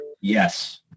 Yes